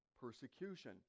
persecution